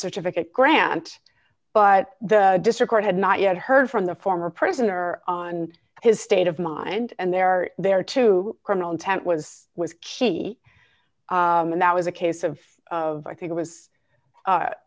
certificate grant but the district had not yet heard from the former prisoner on his state of mind and there are there to criminal intent was was key and that was a case of of i think it was